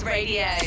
Radio